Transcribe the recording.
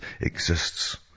exists